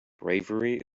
bravery